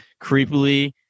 creepily